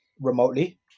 remotely